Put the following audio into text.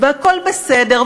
והכול בסדר.